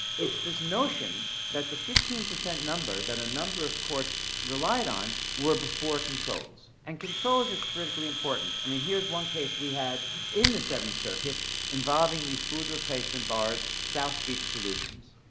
it's this notion that the fifteen percent number that a number of courts relied on were before controls. and controls are critically important. i mean here's one case we had in the seventh circuit involving these food replacement bars, south beach solutions.